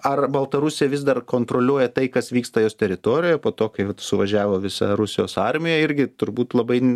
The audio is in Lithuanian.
ar baltarusija vis dar kontroliuoja tai kas vyksta jos teritorijoje po to kai suvažiavo visa rusijos armija irgi turbūt labai